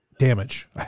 damage